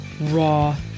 raw